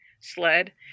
sled